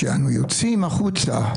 אבל לא אומר לאשתי.